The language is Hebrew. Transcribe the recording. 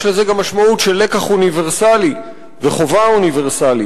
יש לזה גם משמעות של לקח אוניברסלי וחובה אוניברסלית,